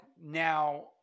now